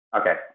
Okay